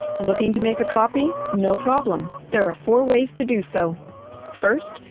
looking to make a copy? no problem! there are four ways to do so first,